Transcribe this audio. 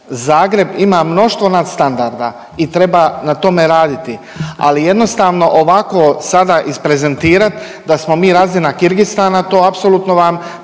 Zagreb ima mnoštvo nadstandarda i treba na tome raditi ali jednostavno ovako sada izprezentirat da smo mi razina Kirgistana, to apsolutno vam